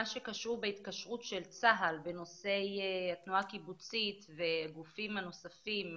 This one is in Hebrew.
שקשור בהתקשרות של צה"ל בנושאי התנועה הקיבוצית והגופים הנוספים,